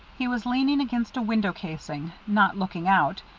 he was leaning against a window-casing not looking out,